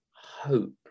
hope